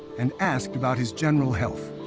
and asked about his general health.